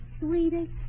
sweetest